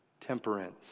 temperance